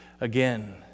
again